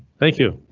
thank you.